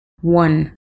one